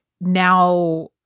now